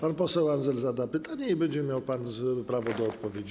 Pan poseł Andzel zada pytanie i będzie miał pan prawo do odpowiedzi.